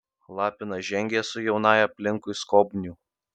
lapinas žengė su jaunąja aplinkui skobnių